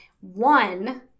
one